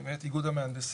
מאת איגוד המהנדסים.